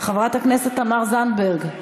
חברת הכנסת תמר זנדברג,